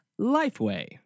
Lifeway